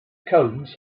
cones